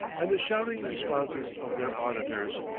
and the shouting responses of their auditors.